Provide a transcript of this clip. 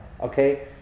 okay